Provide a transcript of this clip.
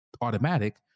automatic